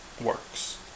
works